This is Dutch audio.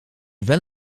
wel